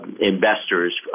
investors